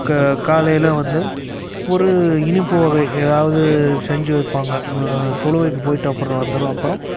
க காலையில் வந்து ஒரு இனிப்பு வகை எதாவது செஞ்சு வைப்பாங்க தொழுகைக்கு போய்விட்டு அப்புறம் வந்துடுவோம் அப்புறம்